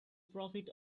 profit